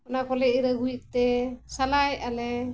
ᱚᱱᱟ ᱠᱚᱞᱮ ᱤᱨ ᱟᱹᱜᱩᱭᱮᱫ ᱛᱮ ᱥᱟᱞᱟᱭᱮᱜᱼᱟ ᱞᱮ